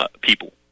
People